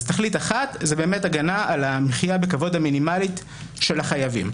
אז תכלית אחת היא באמת הגנה על המחיה בכבוד המינימלי של החייבים.